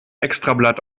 extrablatt